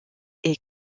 est